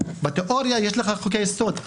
בתיאוריה יש לך חוקי יסוד,